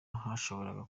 hashobora